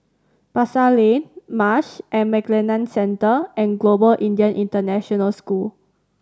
Pasar Lane Marsh and McLennan Centre and Global Indian International School